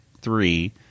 three